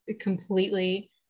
completely